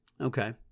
Okay